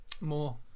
More